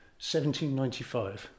1795